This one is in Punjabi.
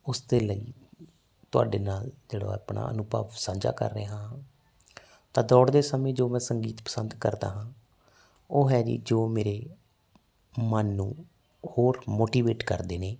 ਉਸਦੇ ਲਈ ਤੁਹਾਡੇ ਨਾਲ ਜਿਹੜਾ ਆਪਣਾ ਅਨੁਭਵ ਸਾਂਝਾ ਕਰ ਰਿਹਾ ਹਾਂ ਤਾਂ ਦੌੜਦੇ ਸਮੇਂ ਜੋ ਮੈਂ ਸੰਗੀਤ ਪਸੰਦ ਕਰਦਾ ਹਾਂ ਉਹ ਹੈ ਜੀ ਜੋ ਮੇਰੇ ਮਨ ਨੂੰ ਹੋਰ ਮੋਟੀਵੇਟ ਕਰਦੇ ਨੇ